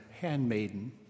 handmaiden